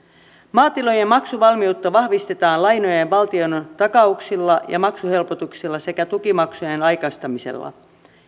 maatilojen maksuvalmiutta vahvistetaan lainojen valtiontakauksilla ja maksuhelpotuksilla sekä tukimaksujen aikaistamisella